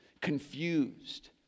confused